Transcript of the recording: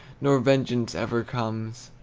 nor vengeance ever comes!